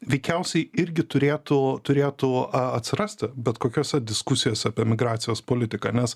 veikiausiai irgi turėtų turėtų atsirasti bet kokiose diskusijose apie migracijos politiką nes